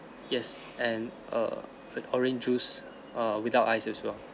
yes and err for orange juice err without ice as well